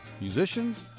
musicians